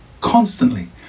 constantly